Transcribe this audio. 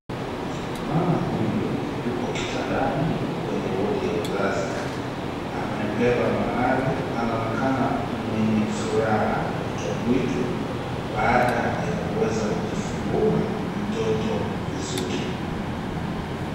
Mama huyu yuko kitandani kwenye wodi ya uzazi . Amembeba mwanawe . Anaonekana mwenye furaha mbwitumbwitu ! Baada ya kuweza kujifungua mtoto vizuri.